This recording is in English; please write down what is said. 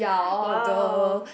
!wow!